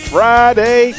Friday